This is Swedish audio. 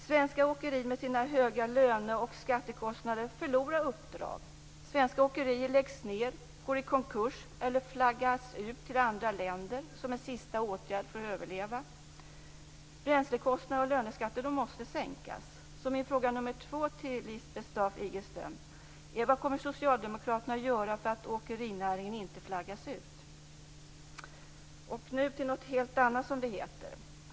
Svenska åkerier med sina höga löne och skattekostnader förlorar uppdrag. Svenska åkerier läggs ned, går i konkurs eller flaggas ut till andra länder, som en sista åtgärd för att överleva. Bränslekostnader och löneskatter måste sänkas. Min andra fråga till Lisbeth Staaf-Igelström blir därför: Vad kommer socialdemokraterna att göra för att åkerinäringen inte skall flaggas ut? Nu över till något helt annat.